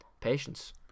patience